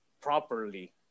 properly